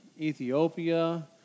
Ethiopia